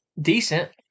Decent